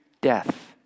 death